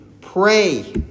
pray